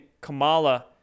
Kamala